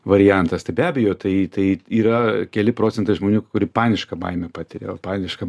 variantas tai be abejo tai tai yra keli procentai žmonių kuri panišką baimę patiria paniška